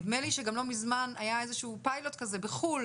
נדמה לי שגם לא מזמן היה איזה שהוא פיילוט כזה בחו"ל,